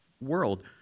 world